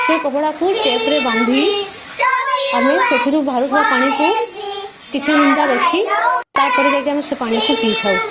ସେ କପଡ଼ାକୁ ଟେପ୍ରେ ବାନ୍ଧି ଆମେ ସେଥିରୁ ବାହାରୁଥିବା ପାଣିକୁ କିଛି ଘଣ୍ଟା ରଖି ତାପରେ ଯାଇକି ଆମେ ସେ ପାଣିକୁ ପିଇଥାଉ